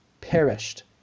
perished